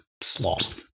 slot